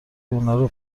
اونارو